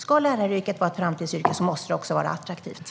Ska läraryrket vara ett framtidsyrke måste det också vara attraktivt.